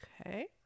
Okay